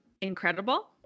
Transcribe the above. incredible